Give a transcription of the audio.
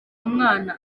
umwana